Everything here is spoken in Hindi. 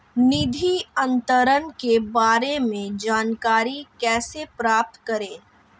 निधि अंतरण के बारे में जानकारी कैसे प्राप्त करें?